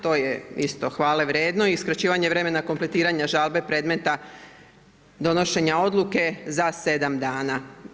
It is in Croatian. To je isto hvale vredno i skraćivanje vremena kompletiranja žalbe predmeta donošenja odluke za 7 dana.